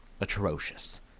atrocious